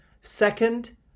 Second